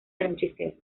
anochecer